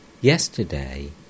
Yesterday